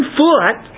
foot